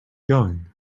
going